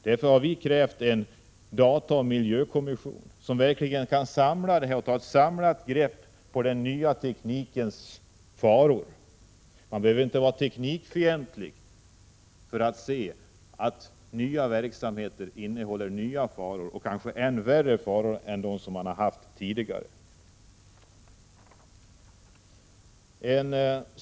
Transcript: Därför har vpk krävt en dataoch miljökommission, som verkligen kan ta ett samlat grepp på den nya teknikens faror. Man behöver inte vara teknikfientlig för att se ait nya verksamheter innehåller nya och kanske ännu värre faror än de som man har varit utsatt för tidigare.